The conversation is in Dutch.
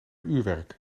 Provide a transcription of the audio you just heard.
uurwerk